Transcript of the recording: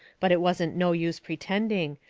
but it wasn't no use pertending.